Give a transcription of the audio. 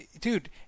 Dude